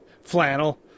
flannel